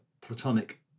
Platonic